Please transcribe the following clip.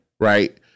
Right